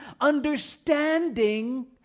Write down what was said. understanding